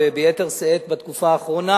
וביתר שאת בתקופה האחרונה: